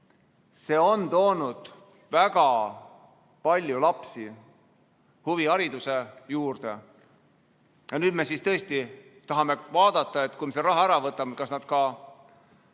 see on toonud väga palju lapsi huvihariduse juurde. Ja nüüd me tahame vaadata, et kui me raha ära võtame, kas nad siis